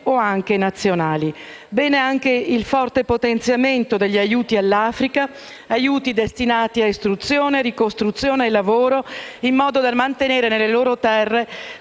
o anche nazionali. Bene anche il forte potenziamento degli aiuti all'Africa, aiuti destinati a istruzione, ricostruzione e lavoro, in modo da mantenere nelle loro terre